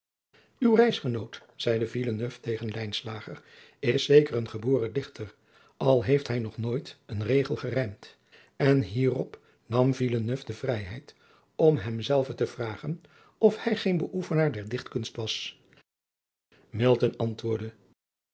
uw reisgenoot zeide villeneuve tegen lijnslager is zeker een geboren dichter al heeft hij nog nooit een regel gerijmd en hierop nam villeneuve de vrijheid om hem zelven te vragen of hij geen beoefenaar adriaan loosjes pzn het leven van maurits lijnslager der dichtkunst was milton antwoordde